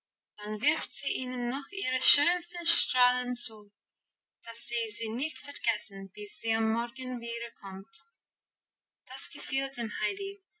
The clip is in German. dann wirft sie ihnen noch ihre schönsten strahlen zu dass sie sie nicht vergessen bis sie am morgen wiederkommt das gefiel dem heidi